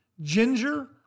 ginger